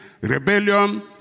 rebellion